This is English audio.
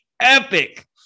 epic